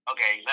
Okay